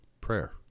prayer